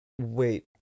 Wait